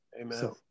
Amen